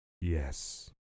Yes